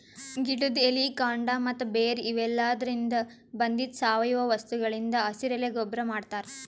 ಗಿಡದ್ ಎಲಿ ಕಾಂಡ ಮತ್ತ್ ಬೇರ್ ಇವೆಲಾದ್ರಿನ್ದ ಬಂದಿದ್ ಸಾವಯವ ವಸ್ತುಗಳಿಂದ್ ಹಸಿರೆಲೆ ಗೊಬ್ಬರ್ ಮಾಡ್ತಾರ್